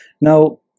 Now